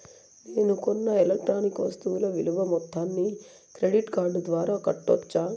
నేను కొన్న ఎలక్ట్రానిక్ వస్తువుల విలువ మొత్తాన్ని క్రెడిట్ కార్డు ద్వారా కట్టొచ్చా?